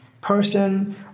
person